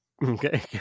Okay